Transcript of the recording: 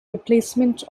replacement